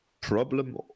problem